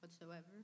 whatsoever